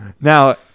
Now